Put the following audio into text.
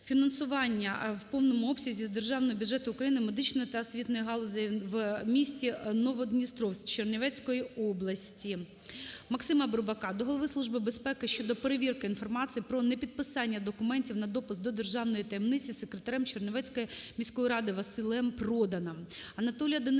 фінансування в повному обсязі з Державного бюджету України медичної та освітньої галузей в міста Новодністровськ Чернівецької області. Максима Бурбака до Голови Служби безпеки щодо перевірки інформації про не підписання документів на допуск до державної таємниці секретарем Чернівецької міської ради Василем Проданом